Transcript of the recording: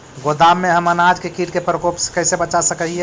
गोदाम में हम अनाज के किट के प्रकोप से कैसे बचा सक हिय?